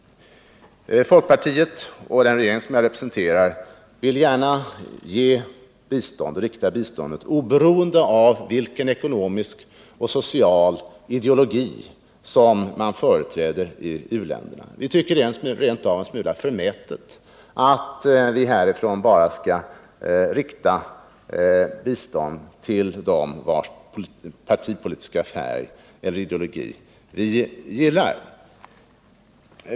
Folkpartiet och den regering som jag representerar vill gärna rikta biståndet oberoende av vilken ekonomisk och social ideologi som man företräder i u-länderna. Vi tycker att det rent av är en smula förmätet att vi härifrån bara skall rikta bistånd till de länder vilkas partipolitiska färg eller ideologi vi gillar.